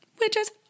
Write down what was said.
witches